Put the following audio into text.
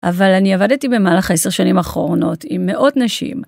אבל אני עבדתי במהלך עשר שנים אחרונות עם מאות נשים.